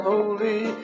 Holy